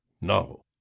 No